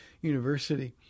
University